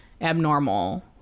abnormal